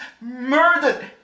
murdered